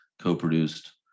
co-produced